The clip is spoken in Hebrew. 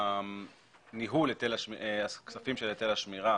ניהול הכספים של היטל השמירה